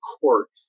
court